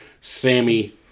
Sammy